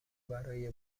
برای